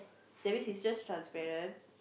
that means its just transparent